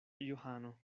johano